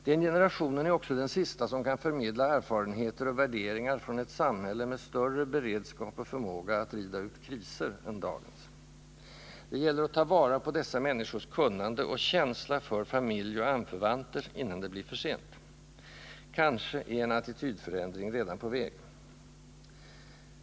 Den generationen är också den sista som kan förmedla erfarenheter och värderingar från ett samhälle med större beredskap och förmåga att rida ut kriser än dagens. Det gäller att ta vara på dessa människors kunnande och känsla för familj och anförvanter innan det blir för sent. Kanske är en attitydförändring på väg.